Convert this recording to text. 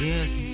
Yes